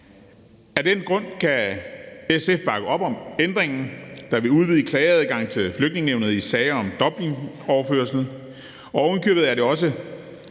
Af den grund kan SF bakke op om ændringen, da vi udvider klageadgangen til Flygtningenævnet i sager om Dublinoverførsel, og ovenikøbet er det også